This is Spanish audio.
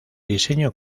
diseño